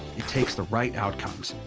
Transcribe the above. it takes the right outcomes.